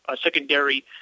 secondary